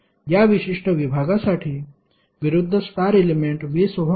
या विशिष्ट विभागासाठी विरुध्द स्टार एलेमेंट 20 ओहम आहे